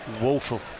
woeful